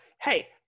hey